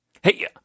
Hey